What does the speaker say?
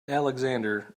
alexander